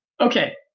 Okay